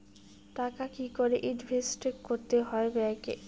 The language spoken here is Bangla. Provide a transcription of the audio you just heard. টাকা কি করে ইনভেস্ট করতে হয় ব্যাংক এ?